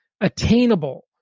attainable